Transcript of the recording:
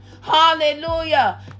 Hallelujah